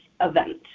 event